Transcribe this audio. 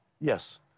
Yes